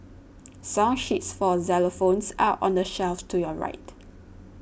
song sheets for xylophones are on the shelf to your right